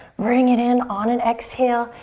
bring it in on an exhale,